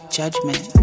judgment